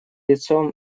лицом